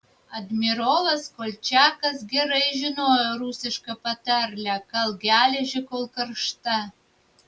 admirolas kolčiakas gerai žinojo rusišką patarlę kalk geležį kol karšta